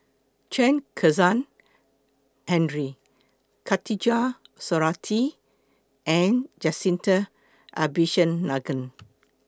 Chen Kezhan Henri Khatijah Surattee and Jacintha Abisheganaden